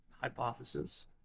hypothesis